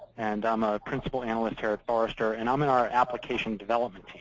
and i'm a principal analyst here at forrester. and i'm in our application development.